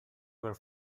were